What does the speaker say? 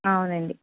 అవునండి